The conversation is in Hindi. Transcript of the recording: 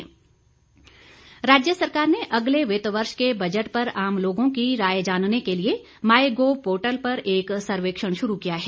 बजट राज्य सरकार ने अगले वित्त वर्ष के बजट पर आम लोगों की राय जानने के लिए माई गोव पोर्टल पर एक सर्वेक्षण शुरू किया है